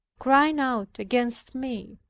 crying out against me.